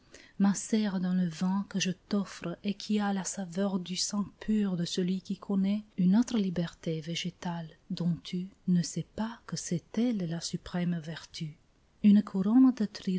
macèrent dans le vin que je t'offre et qui a la saveur du sang pur de celui qui connaît une autre liberté végétale dont tu ne sais pas que c'est elle la suprême vertu une couronne